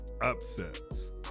upsets